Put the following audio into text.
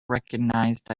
recognized